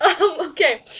Okay